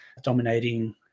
dominating